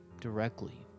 directly